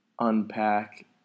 unpack